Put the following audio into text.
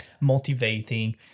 motivating